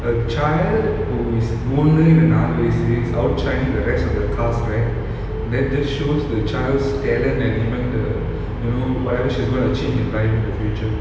a child who is ஒண்ணு இல்ல நாலு வயசு:onnu illa naalu vayasu outshining the rest of the class right that just shows the child's talent and even the you know whatever she's gonna achieve in life in the future